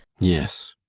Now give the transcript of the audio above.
yes,